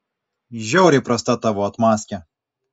žiauriai prasta tavo atmazkė